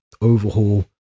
overhaul